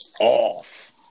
off